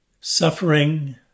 Suffering